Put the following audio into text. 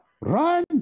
run